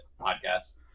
podcasts